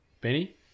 Benny